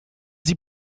sie